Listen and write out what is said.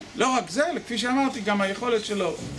לא רק זה, אלה כפי שאמרתי, גם היכולת שלו